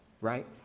right